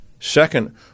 Second